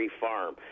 Farm